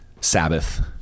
Sabbath